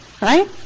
Right